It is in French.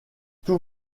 tout